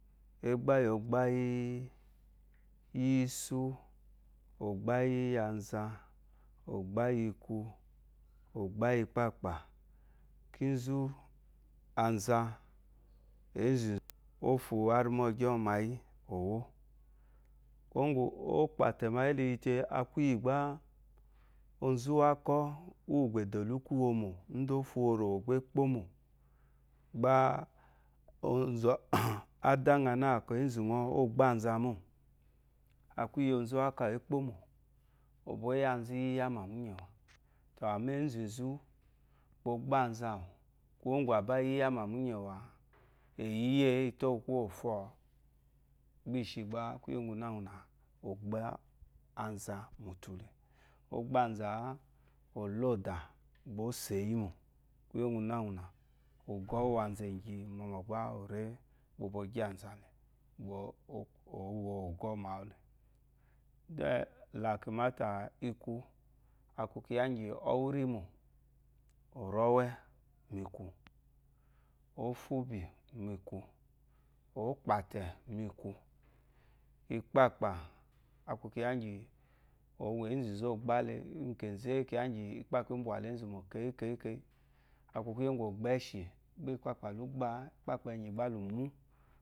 Ɛ́gbá íyì ɔ̀ gbá íyì ísu, ɔ̀ gbá íyì anza, ɔ̀ gbá íyì ikwu, ɔ̀ gbá íyì ikpâkpá. Kínzú, anza, ěnzù ó fu arímɔ́gyɔ́ mayí ò wó. Ǒ kpà àtɛ̀ mayí tete, a kwùyì gbá onzu úwákɔ́ úwù gbà è dò lúkwú iwomò ǒ fu wu òròwò gbá é kpómò, gbá ádá ŋa nâ kɔ ěnzù ŋɔ ó gbá anza mô, a kwu íyì onzu úwákɔ́ àwù é kpómò, ɔ gbà ɔ́ yá anza íyámà mú nyɛ̀wà. Àmá énzù nzú o gbá anza ŋwù, kwuwó ŋgwù à bâ yíyámà múnyɛ̀wà, è yi yí ěé i tó kwuwô fɔ̂ɔ́. Gbá i shi gbá kwúyè úŋgwunáŋgwunà o anza mùtu le. Ó gbá anza ǎ, ò lá òdà ô sè yí mò. Kwúyè úŋgwunángwunà, ùgɔ́ úwù anza è ŋgyi, mɔmɔ̀ gbá ò ré gbá ò bóo gyí anza le, ǒ wo ùgɔ́ mawú le. mátà ikwu, a kwu kyiya íŋgyì ɔ́wɛ́ írímò. Ò rí ɔ́wɛ́ mikwu, ǒ fu úbyì mikwu, ǒ kpà átɛ̀ mikwu. Ikpâkpà a kwu kyiya íŋgyì ěnzu nzú o gbá le mu kènzéé, kyiya íŋgyì ikpâkpà ǐ mbwà la ěnzùmò, keyí keyí keyí, a kwu kwúyè úŋgwù ɔ̀ gbá ɛ́shì, gbá ikpâkpà lú gbâá, ikpâkpà ɛ̀nyì gbá lù mwú